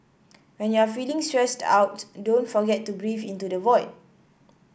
when you are feeling stressed out don't forget to breathe into the void